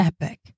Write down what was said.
epic